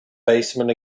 basement